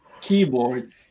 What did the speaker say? keyboard